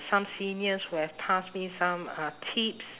some seniors who have passed me some uh tips